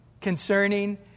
concerning